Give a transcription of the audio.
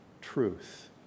truth